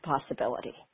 possibility